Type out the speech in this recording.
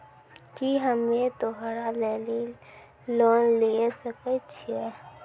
की हम्मय त्योहार लेली लोन लिये सकय छियै?